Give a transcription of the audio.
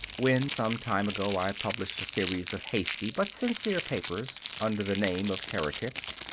when some time ago i published a series of hasty but sincere papers, under the name of heretics,